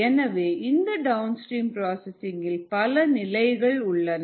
எனவே இந்த down stream processing இல் பல நிலைகள் உள்ளன